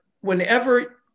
whenever